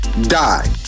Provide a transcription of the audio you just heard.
Die